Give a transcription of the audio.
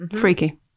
freaky